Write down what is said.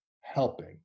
helping